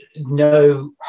no